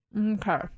Okay